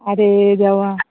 आरे देवा